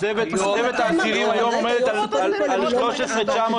--- מצבת האסירים היום עומדת על 13,910,